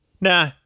Nah